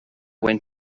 went